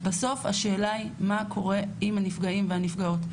בסוף השאלה היא מה קורה עם הנפגעים והנפגעות.